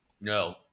No